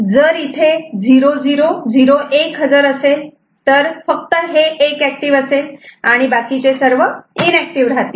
जर इथे 0001 हजर असेल तर फक्त हे 1 ऍक्टिव्ह असेल आणि बाकीचे सर्व इनॅक्टिव राहतील